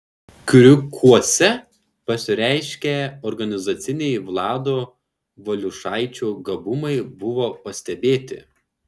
kriukuose pasireiškę organizaciniai vlado valiušaičio gabumai buvo pastebėti